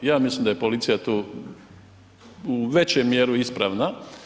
Ja mislim da je policija tu u većem mjeru ispravna.